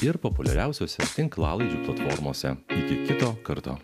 ir populiariausiose tinklalaidžių platformose iki kito karto